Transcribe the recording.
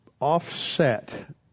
offset